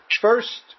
first